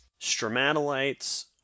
stromatolites